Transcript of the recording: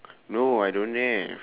no I don't have